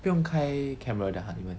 不用开 camera 的 !huh! 那么